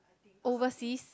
overseas